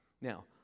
Now